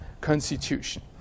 constitution